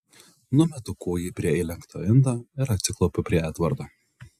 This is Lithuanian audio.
numetu kūjį prie įlenkto indo ir atsiklaupiu prie edvardo